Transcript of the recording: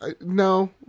no